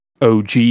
OG